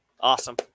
awesome